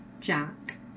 Jack